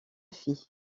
filles